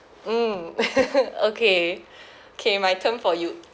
mm okay okay my turn for you